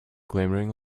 glimmering